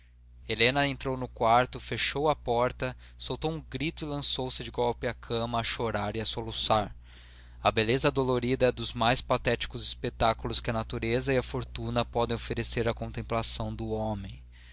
helena entrou no quarto fechou a porta soltou um grito e lançou-se de golpe à cama a chorar e a soluçar a beleza dolorida é dos mais patéticos espetáculos que a natureza e a fortuna podem oferecer à contemplação do homem